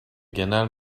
genel